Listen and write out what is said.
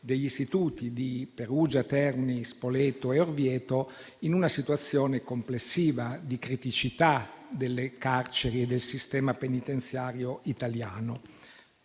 degli istituti di Perugia, Terni, Spoleto e Orvieto in una realtà complessiva di criticità delle carceri e del sistema penitenziario italiano.